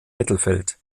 mittelfeld